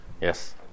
Yes